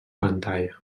pantalla